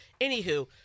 Anywho